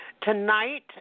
Tonight